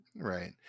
Right